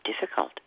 difficult